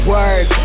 Words